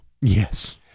Yes